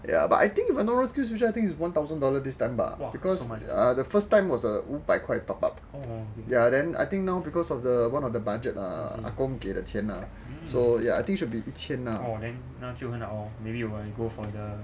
ya but I think if I not wrong SkillsFuture is one thousand dollar this time 吧 because the first time was a 五百块 top up ya then I think now because of the one of the budget lah ah gong 给的钱啊 so ya I think should be 一千